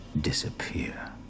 disappear